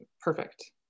perfect